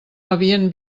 havien